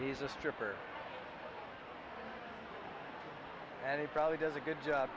he's a stripper and he probably does a good job